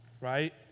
right